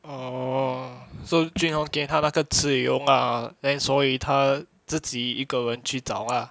orh so jun hong 给他那个自由 mah then 所以他自己一个人去找 ah